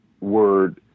word